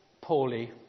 poorly